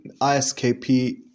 ISKP